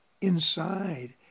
inside